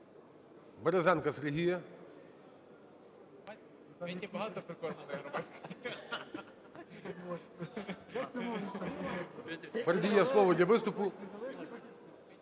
Березенка Сергія. Передає слово для виступу…